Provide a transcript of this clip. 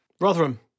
Rotherham